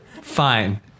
Fine